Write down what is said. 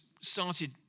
started